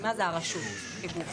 הפונקציה המתאימה היא הרשות, כגוף.